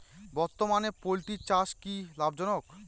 বর্তমানে পোলট্রি চাষ কি লাভজনক?